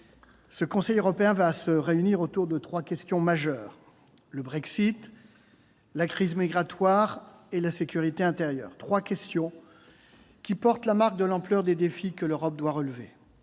ce Conseil européen va se réunir autour de trois questions majeures : le Brexit, la crise migratoire et la sécurité intérieure. Ces trois questions portent la marque de l'ampleur des défis que l'Europe doit relever.